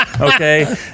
okay